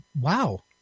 Wow